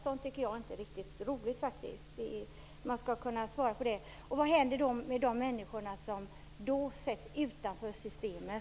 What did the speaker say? Sådant tycker jag faktiskt inte är roligt. Vad händer med de människor som genom detta ställs utanför systemet?